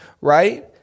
right